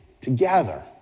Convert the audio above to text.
together